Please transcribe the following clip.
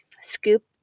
scoop